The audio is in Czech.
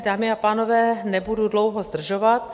Dámy a pánové, nebudu dlouho zdržovat.